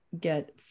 get